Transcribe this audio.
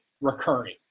recurring